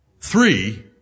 Three